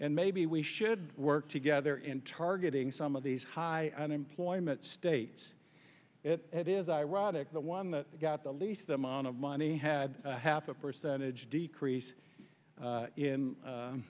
and maybe we should work together in targeting some of these high unemployment states it is ironic that one that got the least amount of money had half a percentage decrease